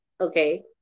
okay